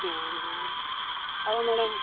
ହଁ ହୁଁ ହଉ ମ୍ୟାଡ଼ମ୍